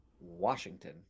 washington